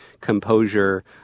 composure